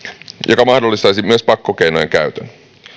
mikä mahdollistaisi myös pakkokeinojen käytön